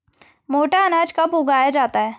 मोटा अनाज कब उगाया जाता है?